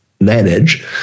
manage